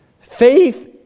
Faith